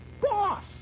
Boss